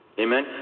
amen